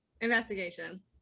investigation